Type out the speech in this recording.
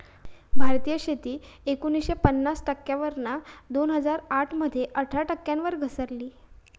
भारतीय शेती एकोणीसशे पन्नास टक्क्यांवरना दोन हजार आठ मध्ये अठरा टक्क्यांवर घसरली